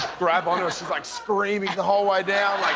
grab on to her. she's like screaming the whole way down,